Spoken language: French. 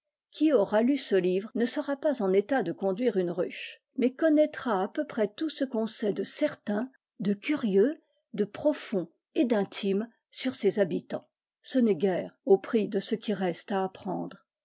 qui aura lu ce livre ne sera pas en état de conduire une ruche mais connaîtra à peu près tout ce qu'on sait de certain de curieux de profond et d'intime sur ses habitants ce n'est guère au prix de ce qui reste à apprendre